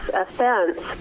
offense